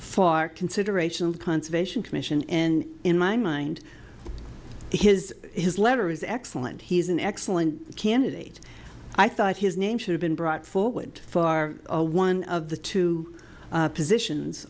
for consideration conservation commission and in my mind has his letter is excellent he's an excellent candidate i thought his name should have been brought forward for our one of the two positions